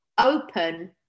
open